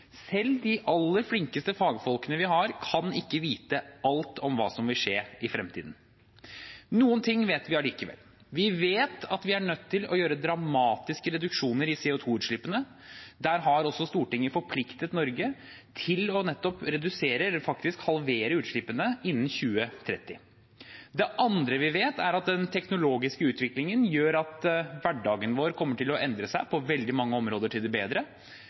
Selv de aller flinkeste fagfolkene vi har, kan ikke vite alt om hva som vil skje i fremtiden. Noe vet vi allikevel. Vi vet at vi er nødt til å gjøre dramatiske reduksjoner i CO 2 -utslippene. Der har også Stortinget forpliktet Norge til nettopp å redusere eller faktisk halvere utslippene innen 2030. Det andre vi vet, er at den teknologiske utviklingen gjør at hverdagen vår kommer til å endre seg på veldig mange områder til det bedre,